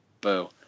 Boo